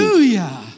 Hallelujah